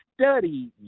study